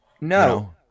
no